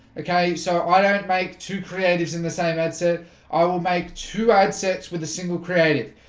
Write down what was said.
okay, so i don't make two creatives in the same answer i will make two ad sets with a single creative,